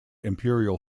imperial